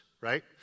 right